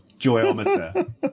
joyometer